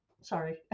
Sorry